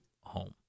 home